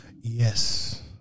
Yes